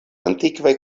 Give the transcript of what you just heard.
antikvaj